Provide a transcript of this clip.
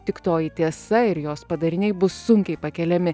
tik toji tiesa ir jos padariniai bus sunkiai pakeliami